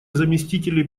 заместителей